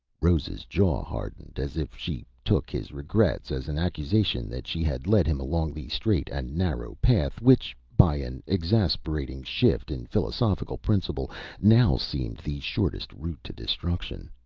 rose's jaw hardened, as if she took his regrets as an accusation that she had led him along the straight and narrow path, which by an exasperating shift in philosophical principle now seemed the shortest route to destruction.